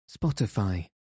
Spotify